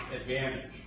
advantage